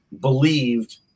believed